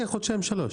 לוקח חודשיים שלושה.